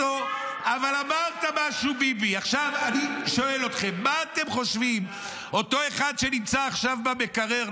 אני רוצה להגיד לך שריחוק מאחוז החסימה לא מצדיק למכור מדינה